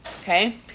okay